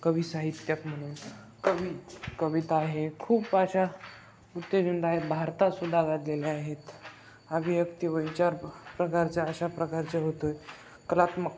कवी साहित्यिक म्हणून कवी कविता आहे खूप अशा उत्तेजनता आहेत भारतातसुद्धा गाजलेल्या आहेत अभिव्यक्ति वैचारिक प्रकारच्या अशा प्रकारच्या होतो आहे कलात्मक